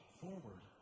forward